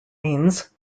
means